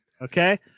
Okay